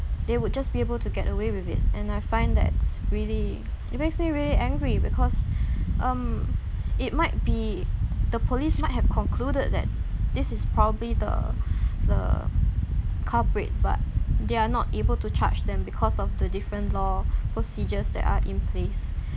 they would just be able to get away with it and I find that's really it makes me really angry because um it might be the police might have concluded that this is probably the the culprit but they are not able to charge them because of the different law procedures that are in place